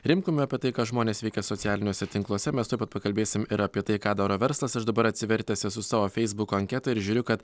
rimkumi apie tai ką žmonės veikia socialiniuose tinkluose mes tuoj pat pakalbėsim ir apie tai ką daro verslas aš dabar atsivertęs esu savo feisbuko anketą ir žiūriu kad